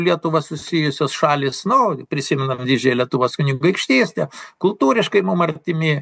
lietuva susijusios šalys nu prisimenam didžiąją lietuvos kunigaikštystę kultūriškai mum artimi